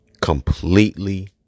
completely